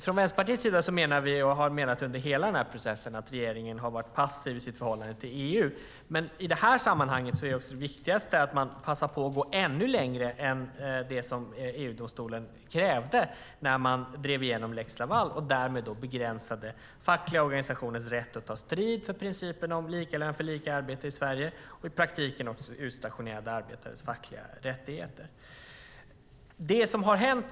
Från Vänsterpartiets sida menar vi och har under hela den här processen menat att regeringen har varit passiv i sitt förhållningssätt till EU, men i det här sammanhanget är det viktigaste att man passar på att gå ännu längre än det som EU-domstolen krävde när man drev igenom lex Laval och därmed begränsade fackliga organisationers rätt att ta strid för principen om lika lön för lika arbete i Sverige och i praktiken också utstationerade arbetares fackliga rättigheter.